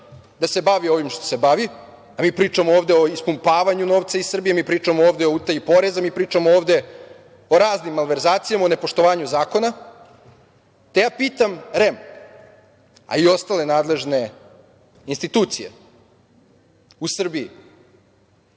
da se bavi ovim što se bavi, a mi pričamo ovde o ispumpavanju novca iz Srbije, mi pričamo ovde o utaji poreza, mi pričamo ovde o raznim malverzacijama, o nepoštovanju zakona, te ja pitam REM, a i ostale nadležne institucije u Srbiji